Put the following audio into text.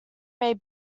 may